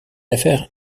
affaires